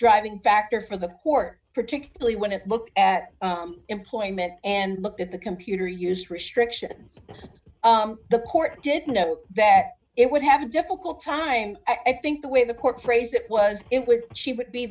driving factor for the court particularly when it looked at employment and looked at the computer use restriction and the court didn't know that it would have a difficult time i think the way the court phrased it was it would she would be